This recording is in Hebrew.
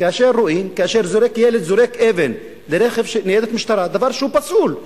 כאשר ילד זורק אבן על ניידת משטרה, דבר שהוא פסול,